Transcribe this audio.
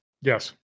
Yes